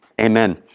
Amen